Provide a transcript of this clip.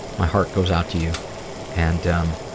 my heart goes out to you and um